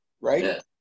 right